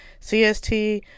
cst